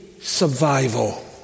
survival